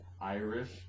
Irish